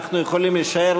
אנחנו יכולים לשער,